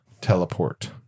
teleport